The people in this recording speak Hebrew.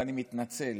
ואני מתנצל